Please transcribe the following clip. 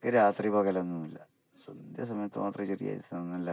എനിക്ക് രാത്രി പകലൊന്ന് ഇല്ല സന്ധ്യാസമയത്ത് മാത്രമെ ചെറിയ